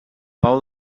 pau